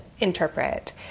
interpret